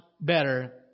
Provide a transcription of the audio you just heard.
better